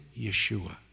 Yeshua